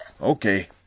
Okay